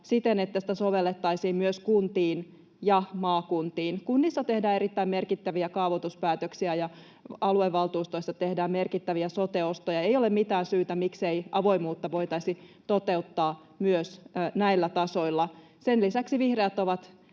siten, että sitä sovellettaisiin myös kuntiin ja maakuntiin. Kunnissa tehdään erittäin merkittäviä kaavoituspäätöksiä, ja aluevaltuustoissa tehdään merkittäviä sote-ostoja. Ei ole mitään syytä, miksei avoimuutta voitaisi toteuttaa myös näillä tasoilla. Sen lisäksi vihreät ovat